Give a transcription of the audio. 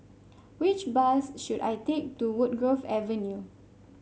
which bus should I take to Woodgrove Avenue